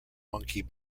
monkey